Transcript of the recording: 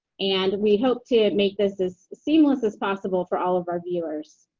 and we hope to make this as seamless as possible for all of our viewers.